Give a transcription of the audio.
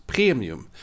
Premium